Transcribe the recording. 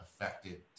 affected